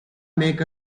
make